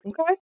Okay